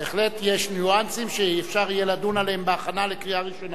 בהחלט יש ניואנסים שאפשר יהיה לדון בהם בהכנה לקריאה ראשונה.